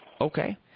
Okay